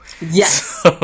Yes